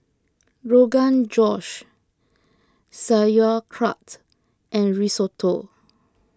Rogan Josh Sauerkraut and Risotto